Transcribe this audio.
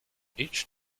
each